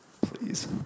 Please